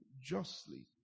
justly